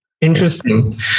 interesting